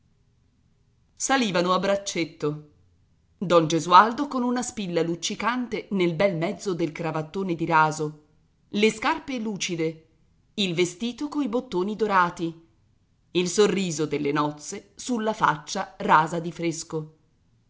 salivano a braccetto don gesualdo con una spilla luccicante nel bel mezzo del cravattone di raso le scarpe lucide il vestito coi bottoni dorati il sorriso delle nozze sulla faccia rasa di fresco